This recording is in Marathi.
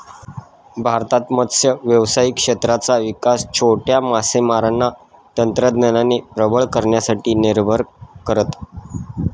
भारतात मत्स्य व्यावसायिक क्षेत्राचा विकास छोट्या मासेमारांना तंत्रज्ञानाने प्रबळ करण्यासाठी निर्भर करत